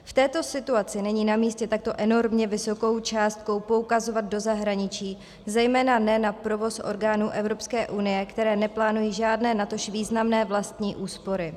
V této situaci není namístě takto enormně vysokou částku poukazovat do zahraničí, zejména ne na provoz orgánů Evropské unie, které neplánují žádné, natož významné vlastní úspory.